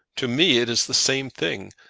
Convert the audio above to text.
to me it is the same thing.